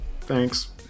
Thanks